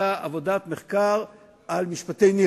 שעשתה עבודת מחקר בהיסטוריה